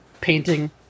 painting